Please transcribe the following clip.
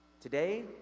Today